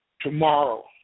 Tomorrow